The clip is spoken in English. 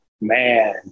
man